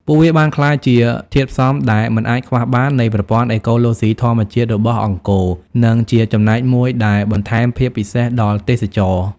ពួកវាបានក្លាយជាធាតុផ្សំដែលមិនអាចខ្វះបាននៃប្រព័ន្ធអេកូឡូស៊ីធម្មជាតិរបស់អង្គរ និងជាចំណែកមួយដែលបន្ថែមភាពពិសេសដល់ទេសចរណ៍។